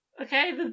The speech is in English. Okay